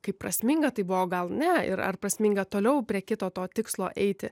kaip prasminga tai buvo gal ne ir ar prasminga toliau prie kito to tikslo eiti